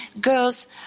Girls